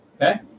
Okay